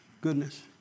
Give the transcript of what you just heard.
goodness